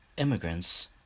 Immigrants